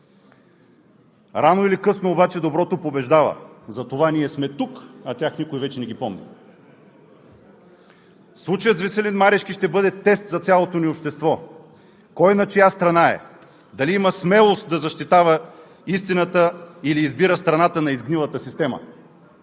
Рано или късно обаче доброто побеждава, затова ние сме тук, а тях никой вече не ги помни. Случаят с Веселин Марешки ще бъде тест за цялото ни общество – кой на чия страна е, дали има смелост да защитава истината, или избира страната на изгнилата система.